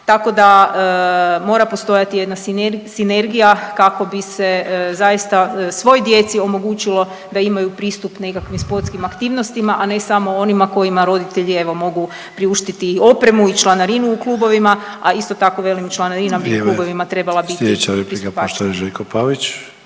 tako da mora postojati jedna sinergija kako bi se zaista svoj djeci omogućilo da imaju pristup nekakvim sportskim aktivnostima, a ne samo onima kojima roditelji evo mogu priuštiti opremu i članarinu u klubovima, a isto tako velim članarina…/Upadica Sanader: Vrijeme/…